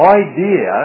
idea